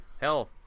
hell